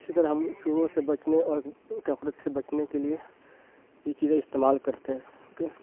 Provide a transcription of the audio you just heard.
اسی طرح ہم چوہوں سے بچنے اور کوکروچ سے بچنے کے لیے یہ چیزیں استعمال کرتے ہیں اوکے